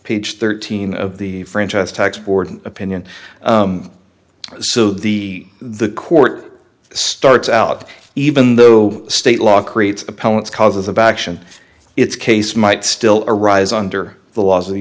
page thirteen of the franchise tax board opinion so the the court starts out even though state law creates opponents causes a backlash and its case might still arise under the laws of the